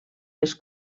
les